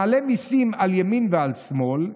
מעלה מיסים על ימין ועל שמאל,